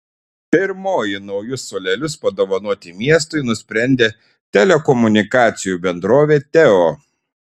pirmoji naujus suolelius padovanoti miestui nusprendė telekomunikacijų bendrovė teo